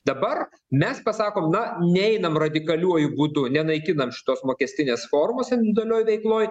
dabar mes pasakom na neinam radikaliuoju būdu nenaikinam šitos mokestinės formos individualioj veikloj